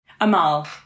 amal